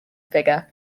figure